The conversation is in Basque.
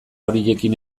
horiekin